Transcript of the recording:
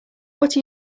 what